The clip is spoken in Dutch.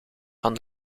van